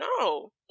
no